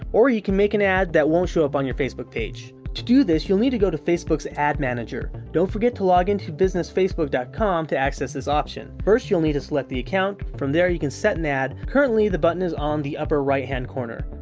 or you can make an ad that won't show up on your facebook page. to do this, you'll need to go to facebook's facebook's ad manager. don't forget to login to businessfacebook dot com to access this option. first, you'll need to select the account, from there you can set an ad. currently, the button is on the upper right hand corner.